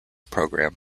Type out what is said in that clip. program